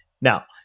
Now